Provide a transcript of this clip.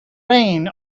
rain